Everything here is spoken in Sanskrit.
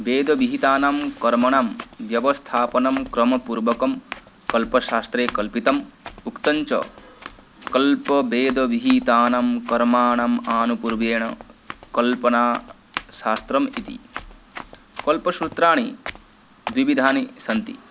वेदविहितानां कर्मणां व्यवस्थापनं क्रमपूर्वकं कल्पशास्त्रे कल्पितम् उक्तञ्च कल्पवेदविहितानां कर्माणाम् आनुपूर्वेण कल्पणाशास्त्रमिति कल्पसूत्राणि द्विविधानि सन्ति